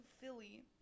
Philly